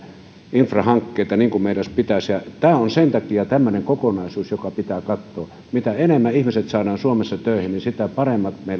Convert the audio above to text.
infrahankkeita niin kuin meidän pitäisi tämä on sen takia tämmöinen kokonaisuus joka pitää katsoa mitä enemmän ihmiset saadaan suomessa töihin sitä paremmat